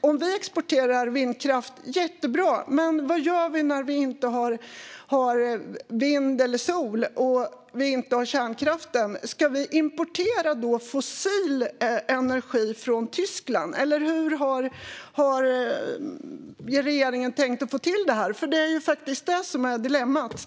Om vi exporterar vindkraft är det jättebra, men vad gör vi när vi inte har vind eller sol eller kärnkraft? Ska vi då importera fossil energi från Tyskland, eller hur har regeringen tänkt få till det? Det är ju de dagarna som är dilemmat.